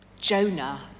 Jonah